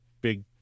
big